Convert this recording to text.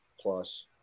plus